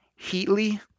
Heatley